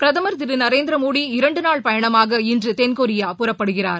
பிரதமர் திரு நரேந்திர மோடி இரண்டு நாள் பயணமாக இன்று தென்கொரியா புறப்படுகிறார்